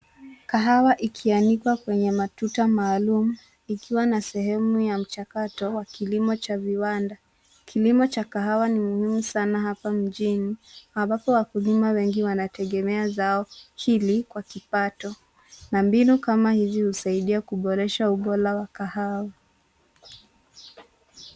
Kahawa ikianikwa kwenye matuta maalum ikiwa na sehemu ya mchakato wa kilimo cha viwanda kilimo cha kahawa ni muhimu sana hapa mjini ambapo wakulima wengi wanategemea zao hili kwa kipato na mbinu kama hizi husaidia kuboresha ubora wa kahawa.